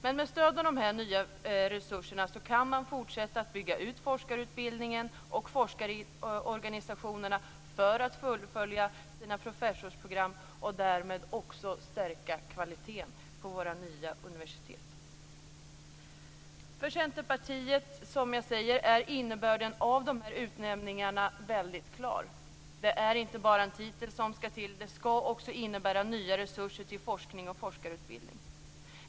Men med stöd av de nya resurserna kan man fortsätta att bygga ut forskarutbildningen och forskarorganisationerna för att fullfölja sina professorsprogram och därmed också stärka kvaliteten på våra nya universitet. För Centerpartiet är, som jag säger, innebörden av de här utnämningarna väldigt klar. Det är inte bara en titel som skall till. Det skall också innebära nya resurser till forskning och forskarutbildning.